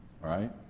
right